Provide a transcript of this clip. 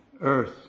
earth